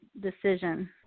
decision